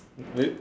wait